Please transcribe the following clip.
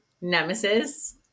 nemesis